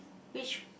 which